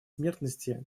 смертности